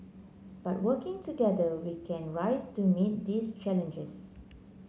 but working together we can rise to meet these challenges